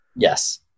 Yes